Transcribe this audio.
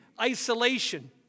isolation